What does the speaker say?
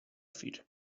feet